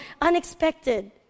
unexpected